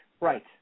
right